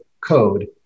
code